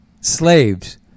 slaves